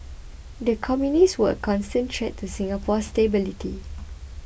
the communists were a constant threat to Singapore's stability